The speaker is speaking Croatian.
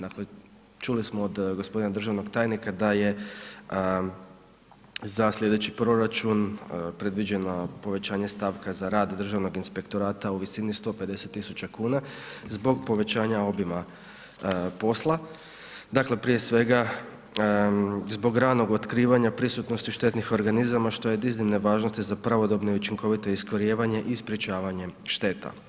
Dakle, čuli smo od gospodina državnog tajnika da je za sljedeći proračun predviđena povećanje stavka za rad Državnog inspektorata u visini 150.000 kuna, zbog povećanja obima posla, dakle prije svega zbog ranog otkrivanja prisutnosti štetnih organizama što je od iznimne važnosti za pravodobno i učinkovito iskorjenjivanje i sprečavanje šteta.